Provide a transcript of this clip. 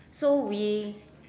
so we